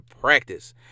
practice